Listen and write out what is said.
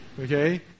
okay